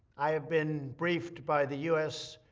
i have been briefed by the u s.